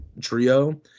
trio